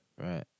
right